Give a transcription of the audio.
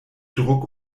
druck